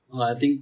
oh I think